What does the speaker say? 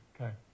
okay